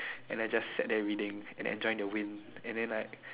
and I just sat there reading and enjoying the wind and then like